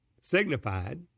signified